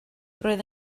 roedd